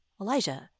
Elijah